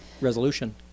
resolution